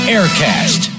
Aircast